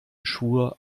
schwur